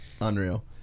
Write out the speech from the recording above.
Unreal